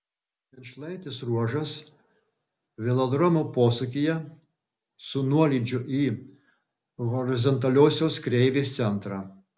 vienšlaitis ruožas velodromo posūkyje su nuolydžiu į horizontaliosios kreivės centrą